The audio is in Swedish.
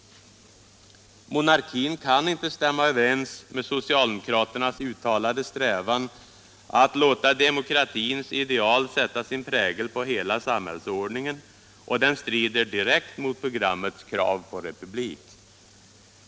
Monarkin kan inte stämma överens med socialdemokraternas uttalade strävan att ”låta demokratins ideal sätta sin prägel på hela samhällsordningen”, och den strider direkt mot programmets krav på republik.